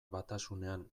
batasunean